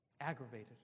Aggravated